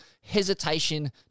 hesitation